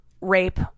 rape